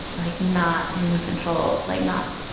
like not in control, like not,